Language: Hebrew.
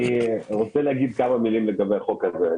אני רוצה לומר כמה מלים לגבי החוק הזה.